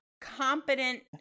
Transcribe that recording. competent